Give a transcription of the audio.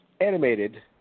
Animated